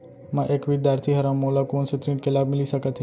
मैं एक विद्यार्थी हरव, मोला कोन से ऋण के लाभ मिलिस सकत हे?